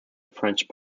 french